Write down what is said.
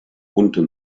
unten